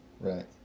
Right